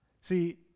See